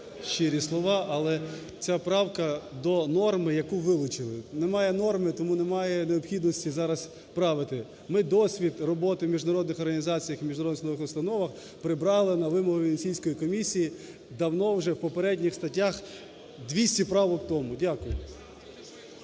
щирі слова. Але ця правка до норми, яку вилучили. Немає норми, тому немає необхідності зараз правити. Ми досвід роботи міжнародних організацій, як і в міжнародних судових установах, прибрали на вимогу Венеційської комісії давно вже в попередніх статтях, 200 правок тому. Дякую.